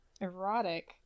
erotic